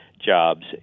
Jobs